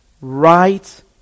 right